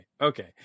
Okay